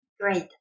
Great